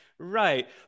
Right